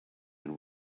and